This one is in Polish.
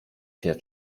się